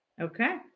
Okay